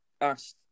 asked